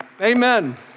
Amen